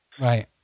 Right